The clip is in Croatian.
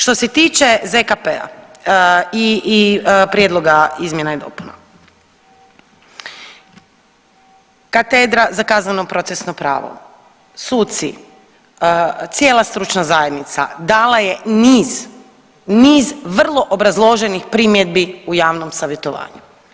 Što se tiče ZKP-a i prijedloga izmjena i dopuna Katedra za kazneno procesno pravo, suci, cijela stručna zajednica dala je niz, niz vrlo obrazloženih primjedbi u javnom savjetovanju.